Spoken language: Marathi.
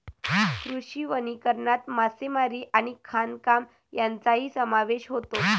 कृषी वनीकरणात मासेमारी आणि खाणकाम यांचाही समावेश होतो